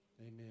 amen